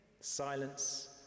Silence